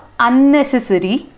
unnecessary